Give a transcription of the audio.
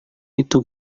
itu